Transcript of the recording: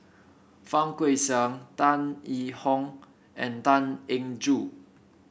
Fang Guixiang Tan Yee Hong and Tan Eng Joo